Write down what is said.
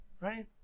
right